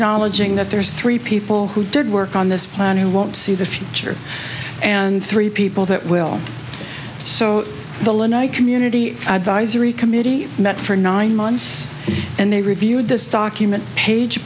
knowledging that there's three people who did work on this plan who won't see the future and three people that will so the lanai community advisory committee met for nine months and they reviewed this document page